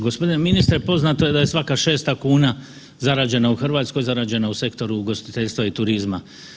Gospodine ministre poznato je da je svaka 6 kuna zarađena u Hrvatskoj zarađena u sektoru ugostiteljstva i turizma.